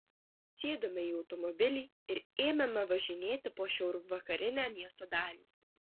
sėdome į automobilį ir ėmėme važinėti po šiaurvakarinę miesto dalį